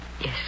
Yes